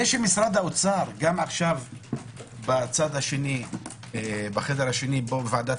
זה שמשרד האוצר גם עכשיו בצד השני בחדר השני בוועדת